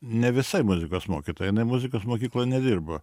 ne visai muzikos mokytoja jinai muzikos mokykloj nedirbo